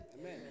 Amen